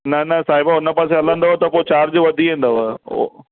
न न साहिबु हुन पासे हलंदौ त पोइ चार्ज वधी वेंदव ओ